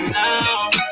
now